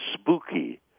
spooky